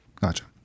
Gotcha